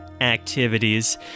activities